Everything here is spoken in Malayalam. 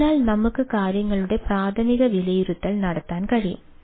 അതിനാൽ നമുക്ക് കാര്യങ്ങളുടെ പ്രാഥമിക വിലയിരുത്തൽ നടത്താൻ കഴിയും